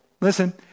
listen